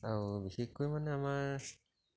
আৰু বিশেষকৈ মানে আমাৰ